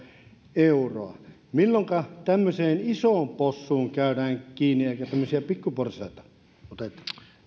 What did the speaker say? euroa milloinka tämmöiseen isoon possuun käydään kiinni eikä tämmöisiä pikkuporsaita oteta